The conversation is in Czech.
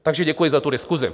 Takže děkuji za tu diskusi.